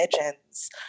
legends